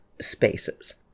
spaces